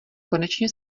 konečně